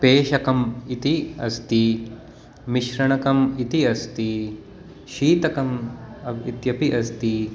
पेशकं इति अस्ति मिश्रणकं इति अस्ति शीतकं अपि इत्यपि अस्ति